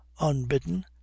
unbidden